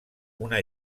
una